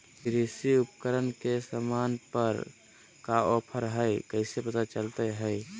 कृषि उपकरण के सामान पर का ऑफर हाय कैसे पता चलता हय?